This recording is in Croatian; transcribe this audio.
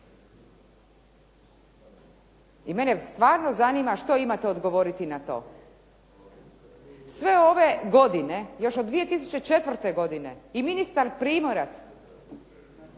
I mene stvarno zanima što imate odgovoriti na to. Sve ove godine još od 2004. godine i ministar Primorac